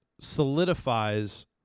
solidifies